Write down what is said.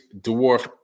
Dwarf